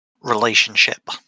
relationship